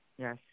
Yes